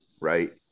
Right